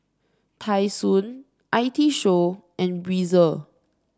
Tai Sun I T Show and Breezer